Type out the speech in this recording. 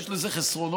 יש לזה חסרונות,